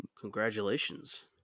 Congratulations